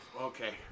Okay